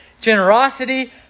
generosity